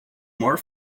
more